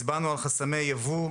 הצבענו על חסמי יבוא,